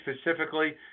specifically